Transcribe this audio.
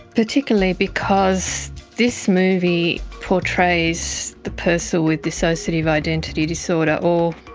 particularly because this movie portrays the person with dissociative identity disorder or,